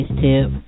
tip